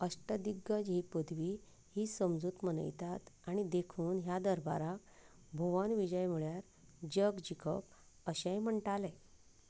अष्टदिग्गज ही पदवी ही समजूत मनयतात आनी देखून ह्या दरबाराक भुवन विजय म्हळ्यार जग जिखप अशेंय म्हण्टाले